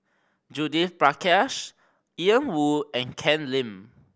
Judith Prakash Ian Woo and Ken Lim